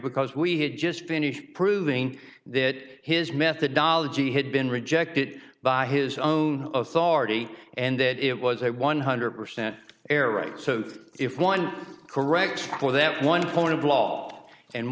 because we had just finished proving that his methodology had been rejected by his own authority and that it was a one hundred percent error right so if one corrects for that one co